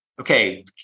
okay